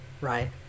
right